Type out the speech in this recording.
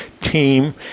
team